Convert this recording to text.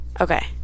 Okay